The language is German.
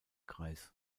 kreis